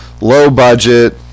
low-budget